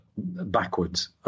backwards